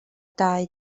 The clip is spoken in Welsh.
dau